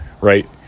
right